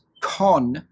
con